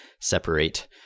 separate